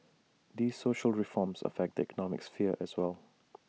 these social reforms affect the economic sphere as well